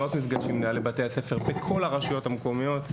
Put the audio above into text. מאות מפגשים עם מנהלי בתי הספר בכל הרשויות המקומיות.